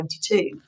2022